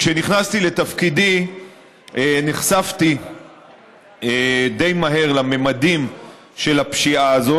כשנכנסתי לתפקידי נחשפתי די מהר לממדים של הפשיעה הזו.